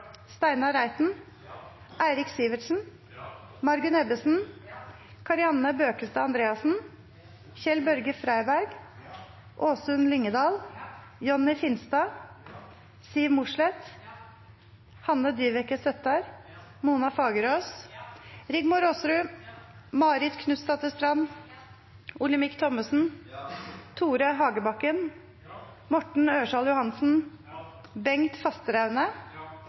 Steinar Reiten, Eirik Sivertsen, Margunn Ebbesen, Kari Anne Bøkestad Andreassen, Kjell-Børge Freiberg, Åsunn Lyngedal, Jonny Finstad, Siv Mossleth, Hanne Dyveke Søttar, Mona Fagerås, Rigmor Aasrud, Marit Knutsdatter Strand, Olemic Thommessen, Tore Hagebakken, Morten Ørsal Johansen, Bengt Fasteraune,